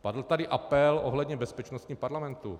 Padl tady apel ohledně bezpečnosti parlamentu.